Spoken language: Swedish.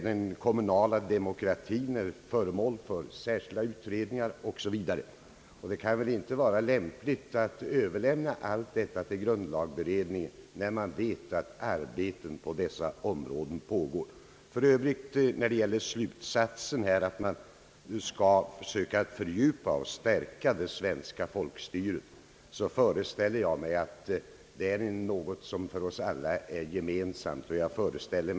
Den kommunala demokratien är föremål för särskilda utredningar, och det kan väl inte vara lämpligt att överlämna allt detta till grundlagberedning en, när man vet att arbeten på dessa områden pågår. För övrigt — när det gäller slutsatsen, att man skall söka fördjupa och stärka det svenska folkstyret, föreställer jag mig att det är något som är gemensamt för oss alla.